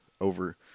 over